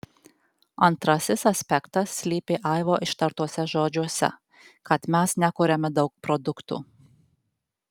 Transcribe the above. antrasis aspektas slypi aivo ištartuose žodžiuose kad mes nekuriame daug produktų